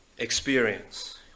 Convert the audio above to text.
Experience